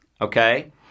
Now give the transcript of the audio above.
okay